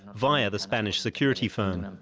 via the spanish security firm.